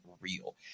real